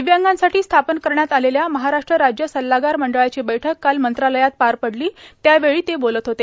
दिव्यांगांसाठी स्थापन करण्यात आलेल्या महाराष्ट्र राज्य सल्लागार मंडळाची बैठक काल मंत्रालयात पार पडली त्यावेळी ते बोलत होते